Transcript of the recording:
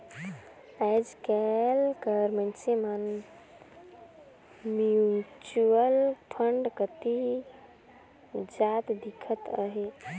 आएज काएल कर मइनसे मन म्युचुअल फंड कती जात दिखत अहें